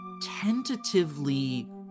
tentatively